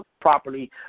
properly